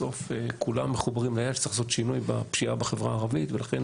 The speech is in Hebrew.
בסוף כולם מחוברים לעניין שצריך לעשות שינוי בפשיעה בחברה הערבית ולכן